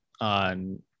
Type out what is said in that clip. on